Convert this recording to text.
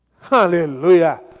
Hallelujah